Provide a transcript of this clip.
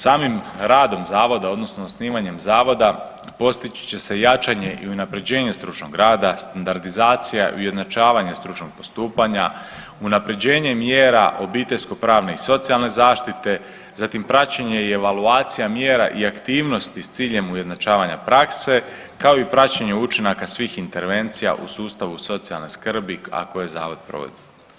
Samim radom Zavoda, odnosno osnivanjem Zavoda postići će se jačanje i unaprjeđenje stručnog rada, standardizacija i ujednačavanje stručnog postupanja, unaprjeđenje mjera obiteljsko-pravne i socijalne zaštite, zatim praćenje i evaluacija mjera i aktivnosti s ciljem ujednačavanja prakse, kao i praćenje učinaka svih intervencija u sustavu socijalne skrbi, a koje Zavod provodi.